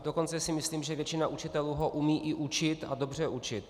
Dokonce si myslím, že i většina učitelů ho umí i učit a dobře učit.